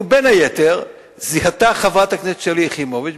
ובין היתר זיהתה חברת הכנסת שלי יחימוביץ,